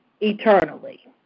eternally